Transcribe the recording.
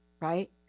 right